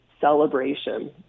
celebration